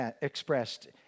expressed